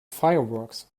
fireworks